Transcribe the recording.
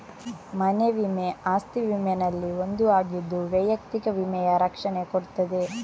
ಮನೆ ವಿಮೆ ಅಸ್ತಿ ವಿಮೆನಲ್ಲಿ ಒಂದು ಆಗಿದ್ದು ವೈಯಕ್ತಿಕ ವಿಮೆಯ ರಕ್ಷಣೆ ಕೊಡ್ತದೆ